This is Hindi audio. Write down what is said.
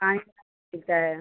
पानी मिलता है